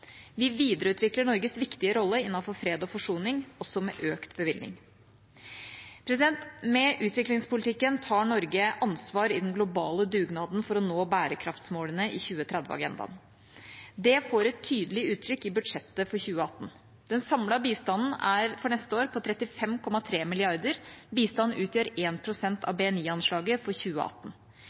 Vi videreutvikler Norges viktige rolle innenfor fred og forsoning, også med økt bevilgning. Med utviklingspolitikken tar Norge ansvar i den globale dugnaden for å nå bærekraftsmålene i 2030-agendaen. Det får et tydelig uttrykk i budsjettet for 2018. Den samlede bistanden er for neste år på 35,3 mrd. kr. Bistanden utgjør 1 pst. av BNI-anslaget for 2018.